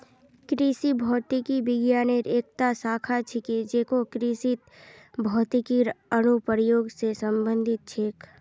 कृषि भौतिकी विज्ञानेर एकता शाखा छिके जेको कृषित भौतिकीर अनुप्रयोग स संबंधित छेक